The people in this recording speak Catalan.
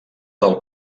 del